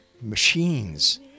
machines